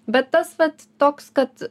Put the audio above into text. bet tas vat toks kad